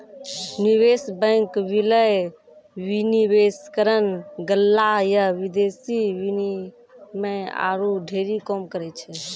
निवेश बैंक, विलय, विनिवेशकरण, गल्ला या विदेशी विनिमय आरु ढेरी काम करै छै